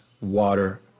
water